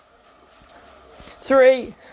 Three